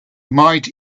might